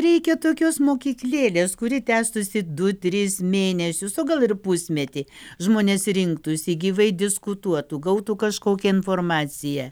reikia tokios mokyklėlės kuri tęstųsi du tris mėnesius o gal ir pusmetį žmonės rinktųsi gyvai diskutuotų gautų kažkokią informaciją